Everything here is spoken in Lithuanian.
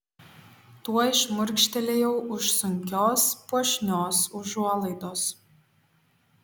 tuoj šmurkštelėjau už sunkios puošnios užuolaidos